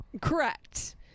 Correct